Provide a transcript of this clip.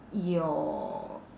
your